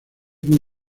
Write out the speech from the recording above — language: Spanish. muy